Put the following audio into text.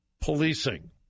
policing